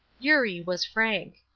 eurie was frank.